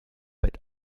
but